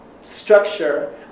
structure